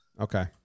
Okay